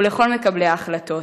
ולכל מקבלי ההחלטות: